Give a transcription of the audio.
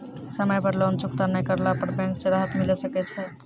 समय पर लोन चुकता नैय करला पर बैंक से राहत मिले सकय छै?